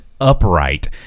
upright